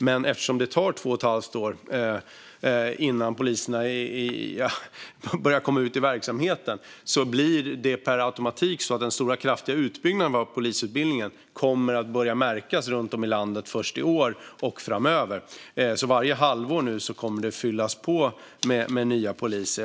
Men eftersom det tar två och ett halvt år innan de blivande poliserna börjar komma ut i verksamheten blir det per automatik så att den kraftiga utbyggnaden av polisutbildningen kommer att börja märkas runt om i landet först i år och framöver. Varje halvår kommer det nu att fyllas på med nya poliser.